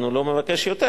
הוא לא מבקש יותר,